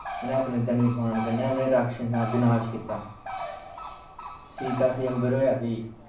उनें अपने धनुशबान कन्नै उनें राक्षसें दा बिनाश कीता सीते स्वयंवर होआ फ्ही